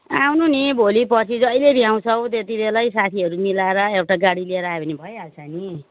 आउनु नि भोलि पर्सि जहिले भ्याउँछौ त्यति बेलाई साथीहरू मिलाएर एउटा गाडी ल्याएर आयो भने भइहाल्छ नि